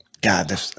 God